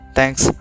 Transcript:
Thanks